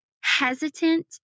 hesitant